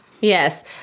Yes